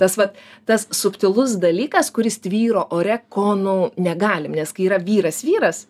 tas vat tas subtilus dalykas kuris tvyro ore ko nu negalim nes kai yra vyras vyras